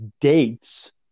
dates